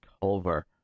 Culver